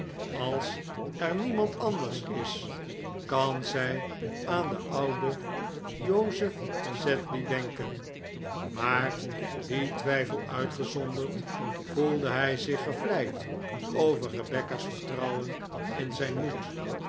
als er niemand anders is kan zij aan den ouwen joseph sedley denken maar dien twijfel uitgezonderd voelde hij zich gevleid over rebecca's vertrouwen in zijn moed